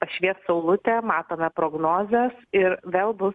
pašvies saulutė matome prognozės ir vėl bus